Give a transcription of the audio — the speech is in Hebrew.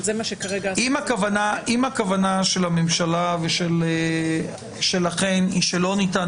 אם הכוונה של הממשלה ושלכן היא שלא ניתן